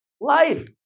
life